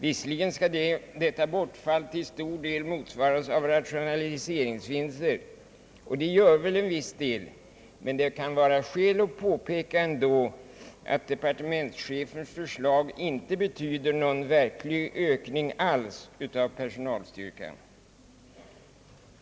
Visserligen skall detta bortfall till stor del elimineras av rationaliseringsvinster, och det gör det väl till en viss del, men det kan väl ändå vara skäl att påpeka att departementschefens för slag inte betyder någon verklig ökning av personalstyrkan.